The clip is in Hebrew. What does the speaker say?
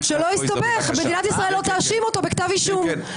כשההסדר הקבוע בנוסח שלפניכם הוא שבעה חברים.